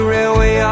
Railway